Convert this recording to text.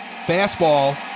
Fastball